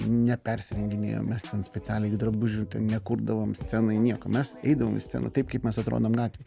nepersirenginėjom mes ten specialiai drabužių nekurdavom scenai nieko mes eidavom į sceną taip kaip mes atrodom gatvėj